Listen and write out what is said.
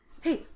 hey